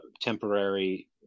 temporary